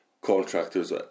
contractors